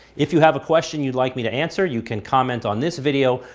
if you have a question you'd like me to answer, you can comment on this video,